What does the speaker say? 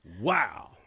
Wow